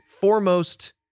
foremost